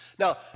Now